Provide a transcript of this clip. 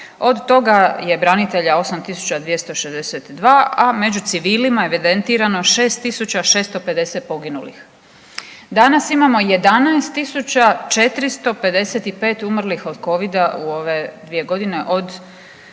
Od toga je branitelja 8 tisuća 262, a među civilima je evidentirano 6 tisuća 650 poginulih. Danas imamo 11 tisuća 455 umrlih od Covida u ove dvije godine od 3.